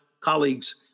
colleagues